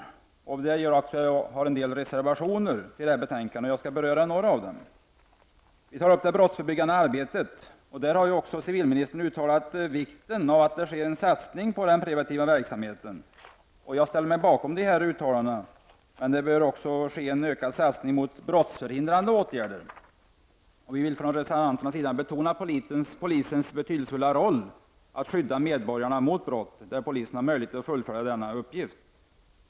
Därför har vi avgivit ett flertal reservationer som är fogade till detta betänkande. Jag skall beröra några av dem. I reservation 2 tar vi upp det brottsförebyggande arbetet. Civilministern har ju uttalat sig för vikten av en satsning på den preventiva verksamheten. Jag ställer mig bakom dessa uttalanden. Det bör också ske en ökad satsning mot brottsförhindrande åtgärder. Vi från reservanternas sida vill betona polisens betydelsefulla roll att skydda medborgarna mot brott, där polisen har möjlighet att fullfölja denna uppgift.